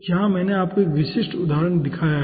यहां मैंने आपको 1 विशिष्ट उदाहरण दिखाया है